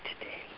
today